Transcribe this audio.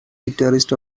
guitarist